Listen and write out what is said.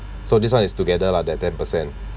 so this one is together lah that ten percent